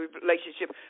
relationship